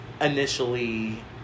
initially